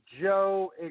Joe